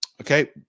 Okay